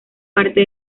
parte